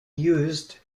used